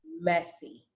messy